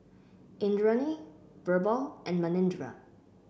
Indranee BirbaL and Manindra